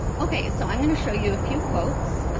ok, so i'm going to show you a few quotes,